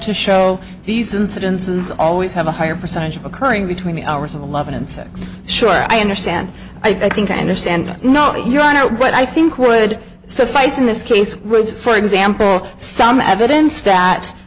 to show these incidences always have a higher percentage of occurring between the hours of eleven and six sure i understand i think i understand not your honor but i think would suffice in this case was for example some evidence that